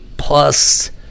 plus